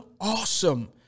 awesome